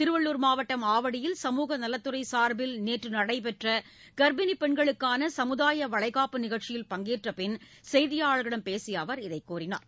திருவள்ளூர் மாவட்டம் ஆவடியில் சமூக நலத்துறை சாா்பில் நேற்று நடைபெற்ற கா்ப்பிணி பெண்களுக்கான சமுதாய வளைக்காப்பு நிகழ்ச்சியில் பங்கேற்ற பின் செய்தியாளர்களிடம் பேசிய அவர் இதைத் தெரிவித்தார்